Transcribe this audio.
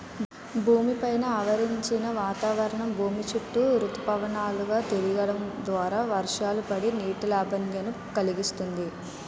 భూమి పైన ఆవరించిన వాతావరణం భూమి చుట్టూ ఋతుపవనాలు గా తిరగడం ద్వారా వర్షాలు పడి, నీటి లభ్యతను కలిగిస్తుంది